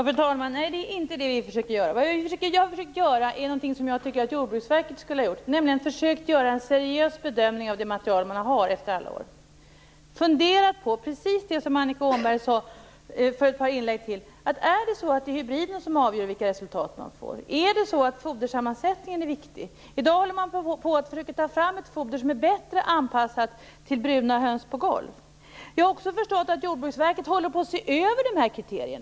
Fru talman! Nej, det försöker vi inte göra. Vi har försökt göra någonting som Jordbruksverket skulle ha gjort, nämligen en seriös bedömning av det material som man har efter alla år. Man skall fundera på precis det som Annika Åhnberg sade för ett par inlägg sedan: Är det hybriden som avgör vilka resultat man får? Är fodersammansättningen viktig? I dag försöker man ta fram ett foder som är bättre anpassat till bruna höns på golv. Jag har också förstått att Jordbruksverket håller på att se över dessa kriterier.